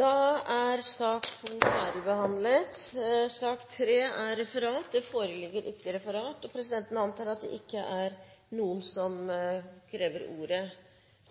Da er sak nr. 2 ferdigbehandlet. Det foreligger ikke noe referat. Dermed er dagens kart ferdigbehandlet. Presidenten antar at det ikke er noen som forlanger ordet